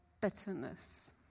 bitterness